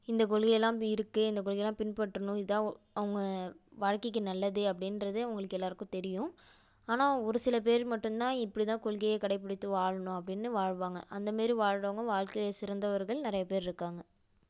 இந்த கொள்கையெல்லாம் இருக்குது இந்த கொள்கையெல்லாம் பின்பற்றனும் இதான் அவங்க வாழ்க்கைக்கு நல்லது அப்படின்றது அவங்களுக்கு எல்லாருக்கும் தெரியும் ஆனால் ஒருசில பேர் மட்டுந்தான் இப்படிதான் கொள்கையை கடைப்பிடித்து வாழணும் அப்படின்னு வாழ்வாங்க அந்தமாரி வாழ்கிறவங்க வாழ்க்கையில சிறந்தவர்கள் நிறையப்பேர் இருக்காங்க